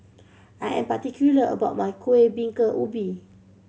I am particular about my Kueh Bingka Ubi